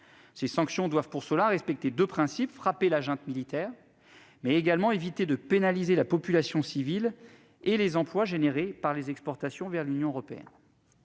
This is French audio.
Ces sanctions doivent respecter deux principes : frapper la junte militaire et éviter de pénaliser la population civile et les emplois induits par les exportations vers l'Union européenne.